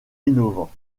innovants